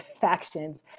factions